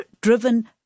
driven